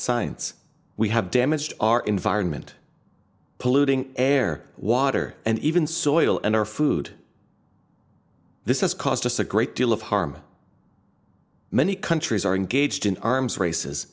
science we have damaged our environment polluting air water and even soil and our food this has caused us a great deal of harm many countries are engaged in arms races